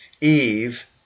Eve